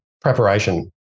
preparation